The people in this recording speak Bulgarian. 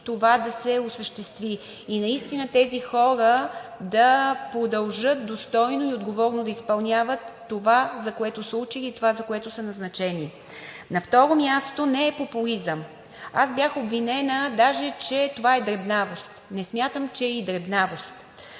това да се осъществи и наистина тези хора да продължат достойно и отговорно да изпълняват това, за което са учили, и това, за което са назначени. На второ място, не е популизъм. Аз бях обвинена даже, че това е дребнавост. Не смятам, че е и дребнавост.